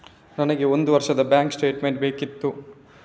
ನನಗೆ ಒಂದು ವರ್ಷದ ಬ್ಯಾಂಕ್ ಸ್ಟೇಟ್ಮೆಂಟ್ ಬೇಕಿತ್ತು